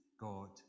God